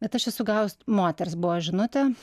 bet aš esu gavus moters buvo žinutė